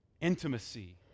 intimacy